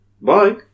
Bye